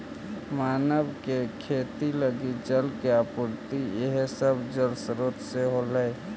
मानव के खेती लगी जल के आपूर्ति इहे सब जलस्रोत से होलइ